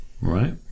right